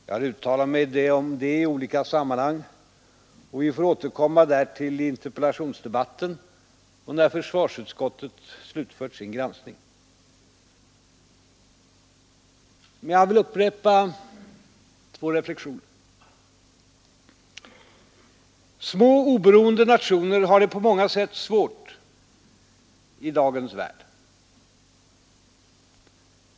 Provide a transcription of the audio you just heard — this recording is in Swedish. Jag har uttalat mig om den i olika sammanhang, och vi får återkomma därtill i interpellationsdebatten och när försvarsutskottet slutfört sin granskning. Men jag vill upprepa två reflexioner: Små oberoende nationer har det på många sätt svårt i dagens värld.